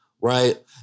right